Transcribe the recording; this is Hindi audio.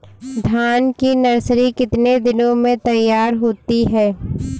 धान की नर्सरी कितने दिनों में तैयार होती है?